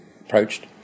approached